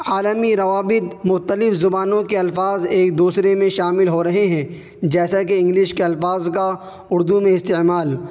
عالمی روابط مختلف زبانوں کے الفاظ ایک دوسرے میں شامل ہو رہے ہیں جیسا کہ انگلش کے الفاظ کا اردو میں استعمال